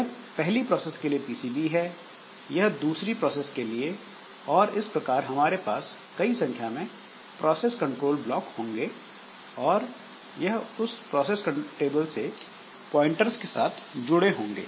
यह पहली प्रोसेस के लिए पीसीबी है यह दूसरी प्रोसेस के लिए और इस प्रकार हमारे पास कई संख्या में प्रोसेस कंट्रोल ब्लॉक होंगे और यह उस प्रोसेस टेबल से प्वाइंटर्स के साथ जुड़े हुए होंगे